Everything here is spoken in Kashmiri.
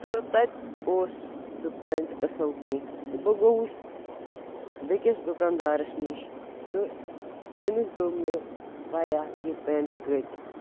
تہٕ تَتہِ اوس سُہ پٮ۪نٛٹ اَصٕل کیٚنٛہہ تہٕ بہٕ گوٚوُس بیٚکِس دُکاندارَس نِش تہٕ تٔمِس دوٚپ مےٚ بھَیا یہِ پٮ۪نٛٹ کۭتِس